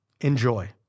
enjoy